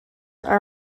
are